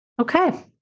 Okay